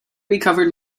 recovered